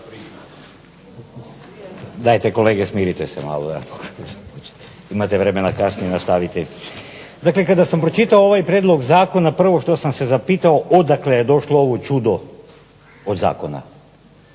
Dajte kolege smirite se malo, imate vremena kasnije nastaviti. Dakle, kada sam pročitao ovaj prijedlog zakona prvo što sam se zapitao odakle je došlo ovo čudo od zakona.